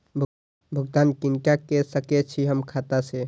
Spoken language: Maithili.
भुगतान किनका के सकै छी हम खाता से?